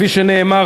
כפי שנאמר,